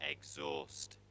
Exhaust